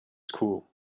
school